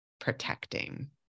protecting